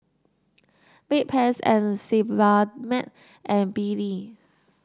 Bedpans Sebamed and B D